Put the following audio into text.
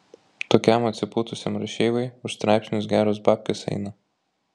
tokiam atsipūtusiam rašeivai už straipsnius geros babkės eina